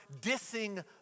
dissing